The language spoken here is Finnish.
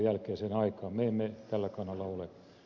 me emme tällä kannalla ole